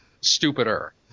Stupider